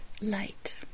light